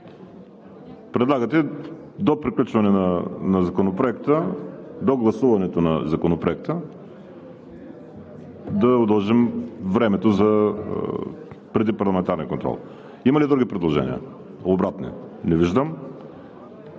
Предлагате до приключване, до гласуването на Законопроекта да удължим времето преди парламентарния контрол. Има ли други предложения, обратни? Не виждам.